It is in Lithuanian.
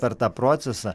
per tą procesą